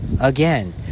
again